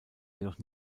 jedoch